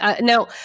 Now